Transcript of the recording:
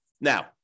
Now